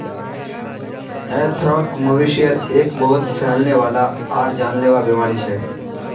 anthrax, मवेशिर एक बहुत फैलने वाला आर जानलेवा बीमारी छ